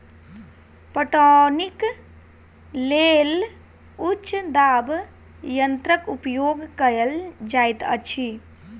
पटौनीक लेल उच्च दाब यंत्रक उपयोग कयल जाइत अछि